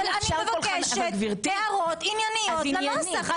אני עכשיו מבקשת הערות ענייניות לנוסח.